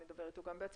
אני אדבר איתו גם בעצמי,